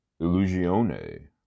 Illusione